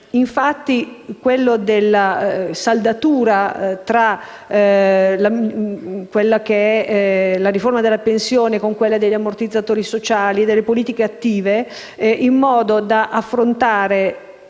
infatti, una saldatura tra la riforma delle pensioni e quella degli ammortizzatori sociali e delle politiche attive, in modo da affrontare